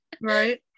Right